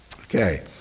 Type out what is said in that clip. Okay